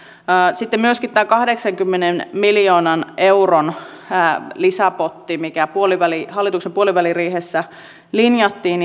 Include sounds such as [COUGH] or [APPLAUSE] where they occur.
sitten myöskin tällä kahdeksankymmenen miljoonan euron lisäpotilla mikä hallituksen puoliväliriihessä linjattiin [UNINTELLIGIBLE]